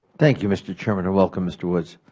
thank you, mr. chairman, and welcome, mr. woods.